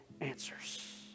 answers